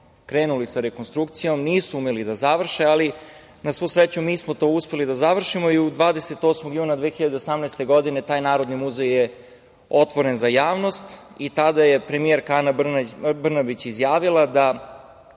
krenuli sa rekonstrukcijom, nisu umeli da završe, ali, na sreću, mi smo to uspeli da završimo i 28. juna 2018. godine taj Narodni muzej je otvoren za javnost i tada je premijerka Ana Brnabić izjavila da